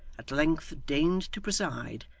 at length deigned to preside,